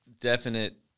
definite